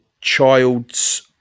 child's